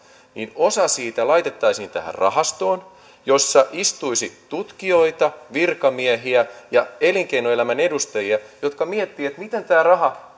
niin osa siitä laitettaisiin tähän rahastoon jossa istuisi tutkijoita virkamiehiä ja elinkeinoelämän edustajia jotka miettisivät miten tämä raha